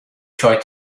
tried